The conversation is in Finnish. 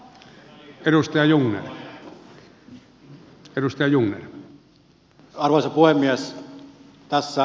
arvoisa puhemies